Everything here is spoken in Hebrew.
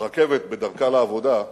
ברכבת, בדרכה לעבודה,